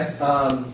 Okay